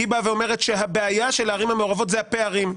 כי היא אומרת שהבעיה של הערים המעורבות זה הפערים.